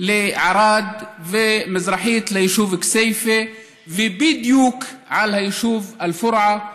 לערד ומזרחית ליישוב כסייפה ובדיוק על היישוב אל-פורעה.